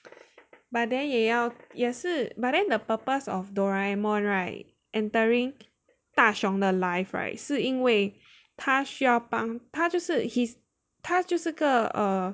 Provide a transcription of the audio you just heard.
but then 也要也是 but then the purpose of Doraemon right entering 大雄的 life right 是因为他需要帮他就是 his 他就是个 err